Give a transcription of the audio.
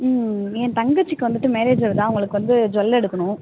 ம் என் தங்கச்சிக்கு வந்துட்டு மேரேஜ் வருது அவர்களுக்கு வந்து ஜுவெல் எடுக்கணும்